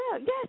Yes